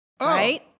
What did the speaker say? Right